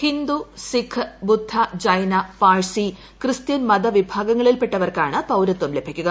ഹിന്ദു സിഖ് ബുദ്ധ ജൈന പാർസി ക്രിസ്ത്യൻ മത വിഭാഗങ്ങളിൽപ്പെട്ടവർക്കാണ് പൌരത്വം ലഭിക്കുക